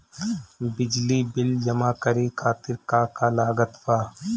बिजली बिल जमा करे खातिर का का लागत बा?